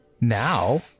Now